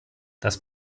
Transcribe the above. das